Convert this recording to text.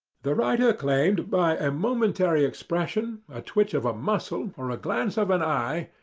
the writer claimed by a momentary expression, a twitch of a muscle or a glance of an eye,